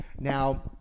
Now